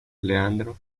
leandro